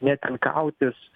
ne ten kautis